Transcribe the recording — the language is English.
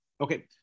Okay